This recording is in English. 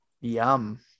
yum